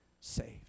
saved